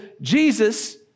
Jesus